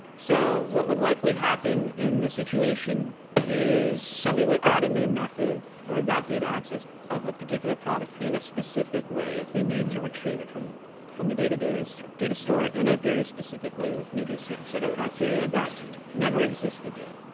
so what would likely happen in this situation is somebody would add a new method for that data access of a particular product in a specific way, if they need to retrieve it from from the database, or data store, in a very specific way with maybe a certain set of criteria that never existed yet.